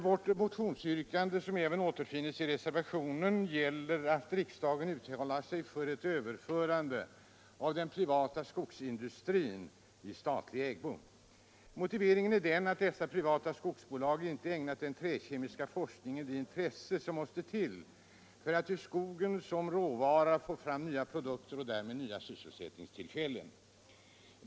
Vårt motionsyrkande, som även återfinns i reservationen, gäller att riksdagen uttalar sig för ett överförande av den privatägda skogsindustrin i statlig ägo. Motiveringen är den att de privata skogsbolagen inte ägnat den träkemiska forskningen det intresse som måste till för att ur skogen som råvara få fram nya produkter och därmed nya sysselsättningstillfällen.